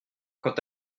quant